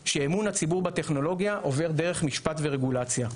היא שאמון הציבור בטכנולוגיה עובר דרך משפט ורגולציה.